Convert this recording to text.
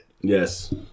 Yes